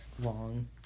long